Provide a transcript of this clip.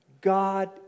God